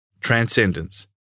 transcendence